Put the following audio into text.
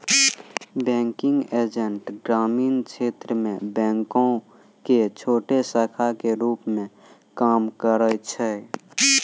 banking agent ग्रामीण क्षेत्रो मे बैंको के छोटो शाखा के रुप मे काम करै छै